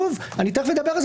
שוב, אני תכף אדבר על זה.